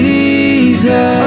Jesus